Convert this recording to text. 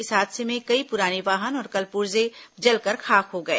इस हादसे में कई पुराने वाहन और कलपुर्जे जलकर खाक हो गए